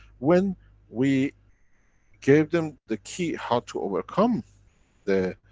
when we gave them the key how to overcome the